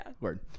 Word